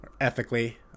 ethically